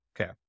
Okay